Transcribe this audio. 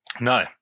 No